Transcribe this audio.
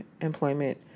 employment